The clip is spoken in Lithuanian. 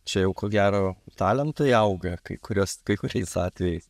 čia jau ko gero talentai auga kai kuriuos kai kuriais atvejais